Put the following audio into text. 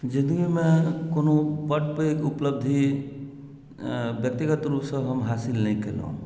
जिन्दगीमे कोनो बड पैघ उपलब्धि व्यक्तिगत रुपसँ हम हासिल नहि केलहुँ